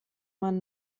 man